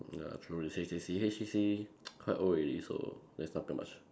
ya true it's H_C_C H_C_C quite old already so there's nothing much